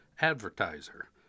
Advertiser